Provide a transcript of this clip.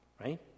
right